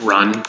Run